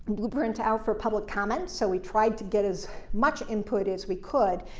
blueprint out for public comment. so we tried to get as much input as we could.